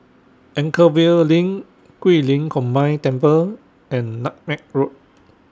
Anchorvale LINK Guilin Combined Temple and Nutmeg Road